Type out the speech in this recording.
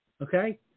Okay